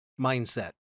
mindset